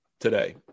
today